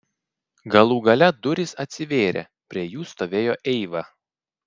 galų gale durys atsivėrė prie jų stovėjo eiva